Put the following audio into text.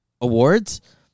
awards